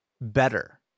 better